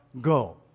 go